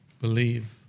believe